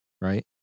Right